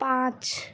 पाँच